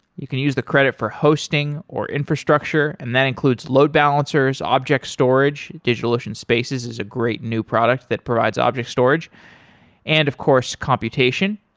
you can use the credit for hosting or infrastructure and that includes load balancers, object storage. digitalocean spaces is a great new product that provides object storage and, of course, computation.